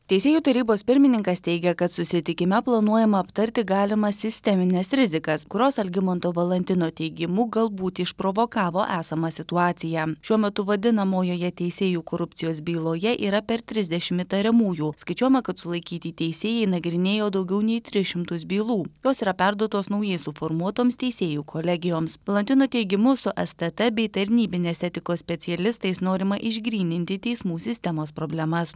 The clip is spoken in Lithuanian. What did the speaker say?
teisėjų tarybos pirmininkas teigia kad susitikime planuojama aptarti galimas sistemines rizikas kurios algimanto valantino teigimu galbūt išprovokavo esamą situaciją šiuo metu vadinamojoje teisėjų korupcijos byloje yra per trisdešimt įtariamųjų skaičiuojama kad sulaikyti teisėjai nagrinėjo daugiau nei tris šimtus bylų jos yra perduotos naujai suformuotoms teisėjų kolegijoms valantino teigimu su stt bei tarnybinės etikos specialistais norima išgryninti teismų sistemos problemas